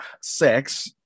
sex